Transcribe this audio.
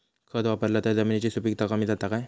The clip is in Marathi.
खत वापरला तर जमिनीची सुपीकता कमी जाता काय?